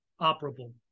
operable